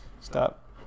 Stop